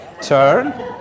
turn